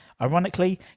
Ironically